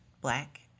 Black